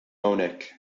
hawnhekk